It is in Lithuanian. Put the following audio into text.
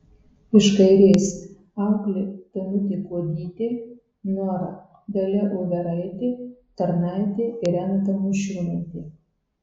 iš kairės auklė danutė kuodytė nora dalia overaitė tarnaitė irena tamošiūnaitė